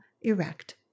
erect